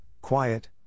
quiet